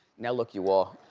now look you all.